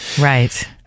Right